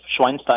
Schweinsteiger